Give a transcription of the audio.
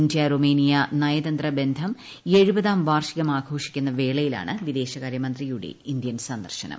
India Romania നയതന്ത്രബന്ധം എഴുപതാം വാർഷികം ആഘോഷിക്കുന്ന വേളയിലാണ് വിദേശകാര്യമന്ത്രിയുടെ ഇന്ത്യൻ സന്ദർശനം